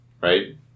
right